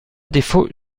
défaut